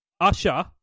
Usher